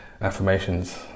affirmations